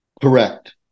correct